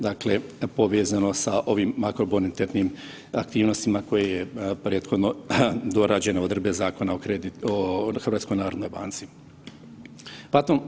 Dakle, povezano sa ovim makrobonitetnim aktivnostima koje je prethodno dorađeno odredbe Zakona o HNB-u.